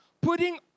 Putting